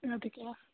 اَدٕ کیٛاہ